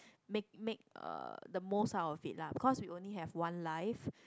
make make uh the most out of it lah because we only have one life